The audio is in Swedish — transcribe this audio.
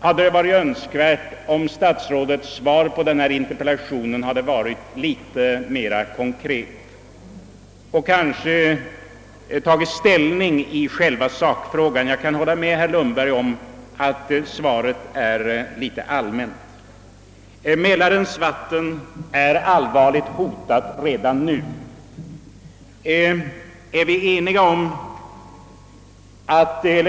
hade det varit önskvärt om statsrådet i sitt svar på herr Lundbergs interpellation hade varit litet mer konkret och kanske tagit ställning i själva sakfrågan; jag kan hålla med herr Lundberg om att svaret är litet allmänt hållet. Mälarens vatten är redan nu allvarligt hotat.